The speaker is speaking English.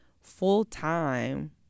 full-time